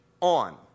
on